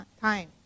time